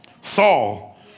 Saul